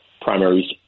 primaries